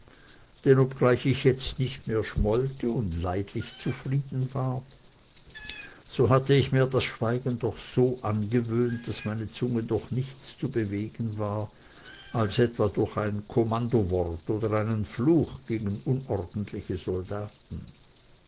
denn obgleich ich jetzt nicht mehr schmollte und leidlich zufrieden war so hatte ich mir das schweigen doch so angewöhnt daß meine zunge durch nichts zu bewegen war als etwa durch ein kommandowort oder einen fluch gegen unordentliche soldaten